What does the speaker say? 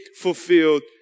fulfilled